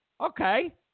Okay